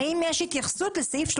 האם יש התייחסות לסעיף?